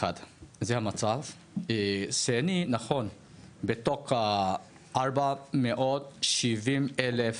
בנוסף, בתוך 470 אלף